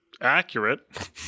accurate